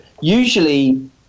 usually